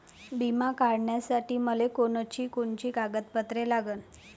बिमा काढासाठी मले कोनची कोनची कागदपत्र लागन?